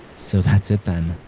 so that's it then.